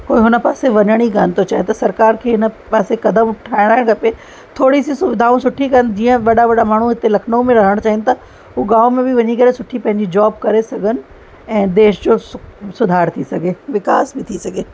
कोई हुन पासे वञण ई कोन थो चाहे त सरकार खे हिन पासे कदम उठाइणा खपे थोरी सी सुविधाऊं सुठी कनि जीअं वॾा वॾा माण्हू हिते लखनऊ में रहणु चाहिनि था उहे गाम में बि वञी करे सुठी पंहिंजी जॉब करे सघनि ऐं देश जो सु सुधार थी सघे विकास बि थी सघे